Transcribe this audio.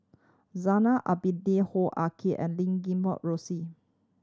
Zainal Abidin Hoo Ah Kay and Lim Guat Kheng Rosie